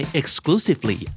exclusively